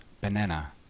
banana